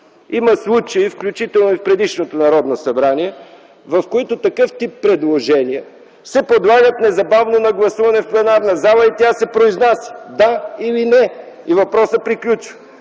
Има случаи, включително и в предишното Народно събрание, в които такъв тип предложение се подлагат незабавно на гласуване в пленарната зала и тя се произнася – да или не, и въпросът приключва.